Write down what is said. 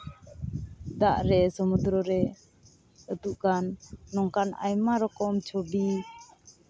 ᱫᱟᱜ ᱨᱮ ᱥᱚᱢᱩᱫᱨᱚ ᱨᱮ ᱟᱹᱛᱩᱜ ᱠᱟᱱ ᱱᱚᱝᱠᱟᱱ ᱟᱭᱢᱟ ᱨᱚᱠᱚᱢ ᱪᱷᱚᱵᱤ